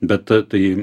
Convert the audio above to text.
bet tai